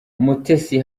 mutesi